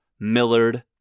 Millard